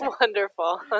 Wonderful